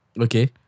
Okay